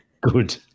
Good